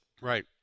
Right